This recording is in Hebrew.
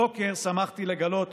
הבוקר שמחתי לגלות